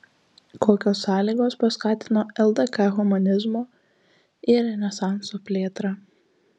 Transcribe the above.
kokios sąlygos paskatino ldk humanizmo ir renesanso plėtrą